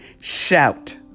shout